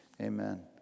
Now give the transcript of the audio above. Amen